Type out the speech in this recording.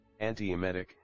antiemetic